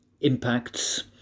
impacts